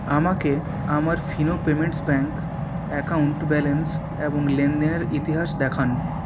আমাকে আমার Fino payments bank account balance এবং লেনদেনের ইতিহাস দেখান